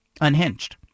unhinged